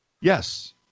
Yes